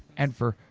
and for.